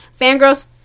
fangirls